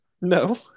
no